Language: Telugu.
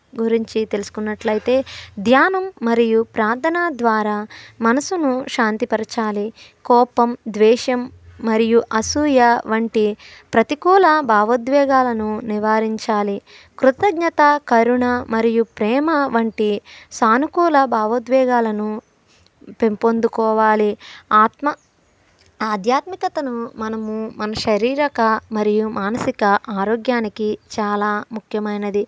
గురించి తెలుసుకున్నట్లయితే ధ్యానం మరియు ప్రార్ధన ద్వారా మనసును శాంతి పరచాలి కోపం ద్వేషం మరియు అసూయ వంటి ప్రతికూల బావోద్వేగాలను నివారించాలి కృతజ్ఞతా కరుణ మరియు ప్రేమ వంటి సానుకూల బావోద్వేగాలను పెంపొందించుకోవాలి ఆత్మ ఆధ్యాత్మికతను మనము మన శారీరక మరియు మానసిక ఆరోగ్యానికి చాలా ముఖ్యమైనది